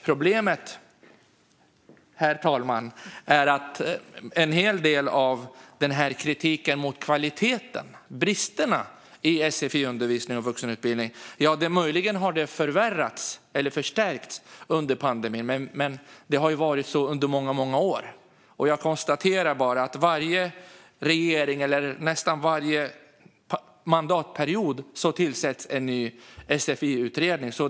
Problemet, herr talman, är att en hel del av kritiken mot kvaliteten och bristerna i sfi-undervisningen och vuxenutbildningen visar att läget möjligen har förvärrats under pandemin. Men det har varit så under många år. Jag konstaterar att det under nästan varje mandatperiod tillsätts en ny sfi-utredning.